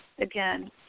Again